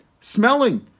smelling